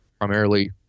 primarily